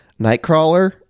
Nightcrawler